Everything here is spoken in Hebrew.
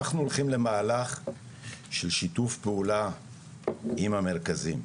אנחנו הולכים למהלך של שיתוף פעולה עם המרכזים.